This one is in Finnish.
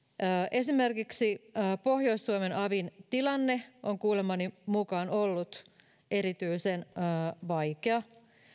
esimerkiksi pohjois suomen avin tilanne on kuulemani mukaan ollut erityisen vaikea